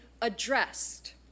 addressed